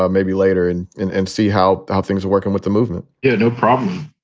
um maybe later and and and see how how things are working with the movement yeah, no problem